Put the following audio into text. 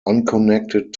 unconnected